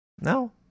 No